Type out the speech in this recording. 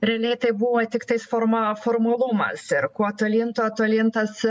realiai tai buvo tiktais forma formalumas ir kuo tolyn tuo tolyn tas